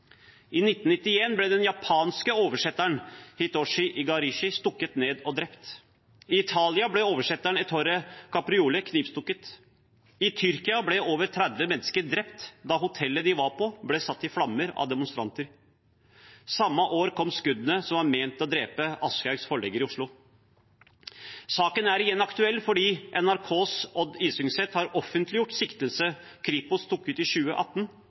I 1991 ble den japanske oversetteren Hitoshi lgarashi stukket ned og drept. I Italia ble oversetteren Ettore Capriolo knivstukket. I Tyrkia ble over 30 mennesker drept da hotellet de var på, ble satt i flammer av demonstranter. Samme år kom skuddene som var ment å drepe Aschehougs forlegger i Oslo. Saken er igjen aktuell fordi NRKs Odd Isungset har offentliggjort en siktelse Kripos tok ut i 2018,